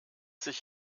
sich